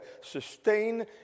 sustain